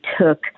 took